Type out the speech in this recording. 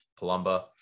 Palumba